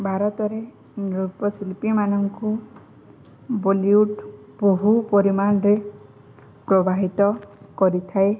ଭାରତରେ ଶିଳ୍ପୀମାନଙ୍କୁ ବଲିଉଡ୍ ବହୁ ପରିମାଣରେ ପ୍ରବାଭିତ କରିଥାଏ